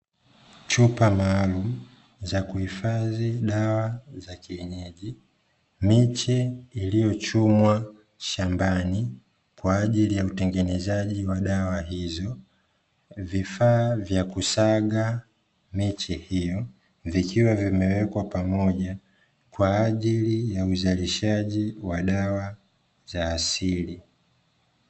Chupa maalumu za kuhifadhi dawa za kienyeji. miche iliyochumwa shambani kwa ajili ya utengenezaji wa dawa hizo. Vifaa vya kusaga miche hiyo vikiwa vimewekwa pamoja Kwa ajili ya uzalishaji wa dawa za asili.